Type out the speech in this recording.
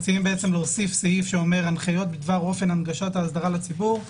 להוסיף סעיף שאומר: הנחיות בדבר אופן הנגשת האסדרה לציבור,